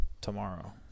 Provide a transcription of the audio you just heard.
tomorrow